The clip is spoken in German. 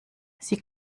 sie